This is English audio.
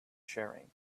sharing